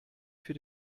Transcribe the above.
für